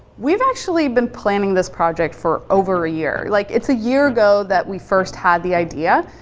we've actually been planning this project for over a year, like it's a year ago that we first had the idea.